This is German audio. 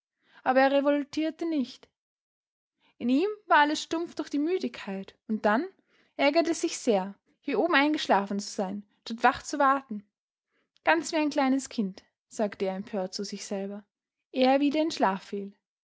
aber er revoltierte nicht in ihm war alles stumpf durch die müdigkeit und dann er ärgerte sich sehr hier oben eingeschlafen zu sein statt wach zu warten ganz wie ein kleines kind sagte er empört zu sich selber ehe er wieder in schlaf